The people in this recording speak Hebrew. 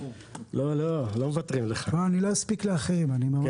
פשוט לא אספיק לתת לאחרים זכות דיבור.